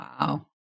Wow